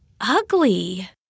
ugly